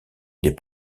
des